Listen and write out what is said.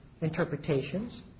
interpretations